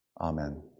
Amen